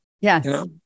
Yes